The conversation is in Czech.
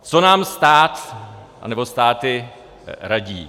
Co nám stát nebo státy radí?